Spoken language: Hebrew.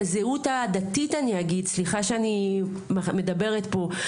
סליחה שאני מדברת פה,